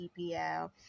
epl